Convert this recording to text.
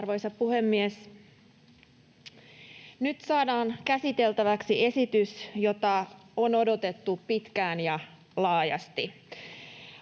Arvoisa puhemies! Nyt saadaan käsiteltäväksi esitys, jota on odotettu pitkään ja laajasti.